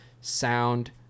sound